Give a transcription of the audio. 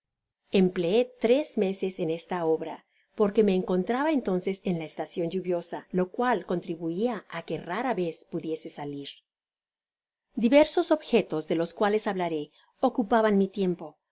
empleé tres meses en esta obra porque me encontraba entonces en la estacion lluviosa lo cual contribuia á que rara vez pudiese salir diversos objetos de los cuales hablaré ocupaban mi tiempo